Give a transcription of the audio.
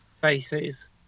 faces